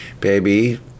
baby